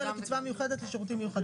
קצבה מיוחדת לשירותים מיוחדים.